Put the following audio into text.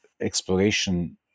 exploration